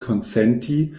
konsenti